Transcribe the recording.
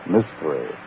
Mystery